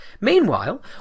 Meanwhile